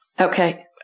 Okay